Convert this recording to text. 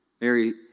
Mary